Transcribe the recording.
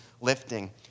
lifting